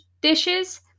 dishes